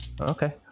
Okay